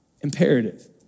imperative